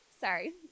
sorry